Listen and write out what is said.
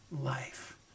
life